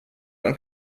dann